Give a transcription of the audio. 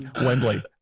wembley